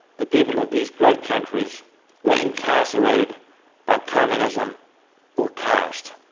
the people of these great countries were incarcerated by communism or caste.